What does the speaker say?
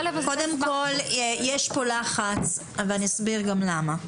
יש כאן לחץ ואני גם אסביר למה.